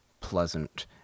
pleasant